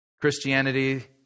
Christianity